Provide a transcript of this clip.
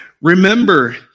Remember